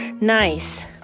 Nice